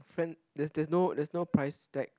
friend there's there's no there's no price tag